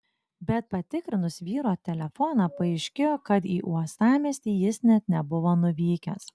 bet patikrinus vyro telefoną paaiškėjo kad į uostamiestį jis net nebuvo nuvykęs